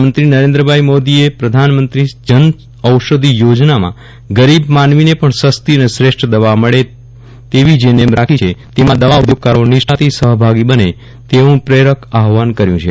પ્રધાનમંત્રી શ્રી નરેન્દ્રભાઇ મોદીએ પ્રધાનમંત્રી જનઔષધિ યોજનામાં ગરીબ માનવીને પણ સસ્તી અને શ્રેષ્ઠ દવા મળે તેવી જે નેમ રાખી છે તેમાં દવા ઊઘોગકારો નિષ્ઠાથી સહભાગી બને તેવું પ્રેરક આહવાન કર્યું છે